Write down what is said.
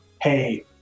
hey